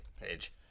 page